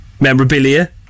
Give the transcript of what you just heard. memorabilia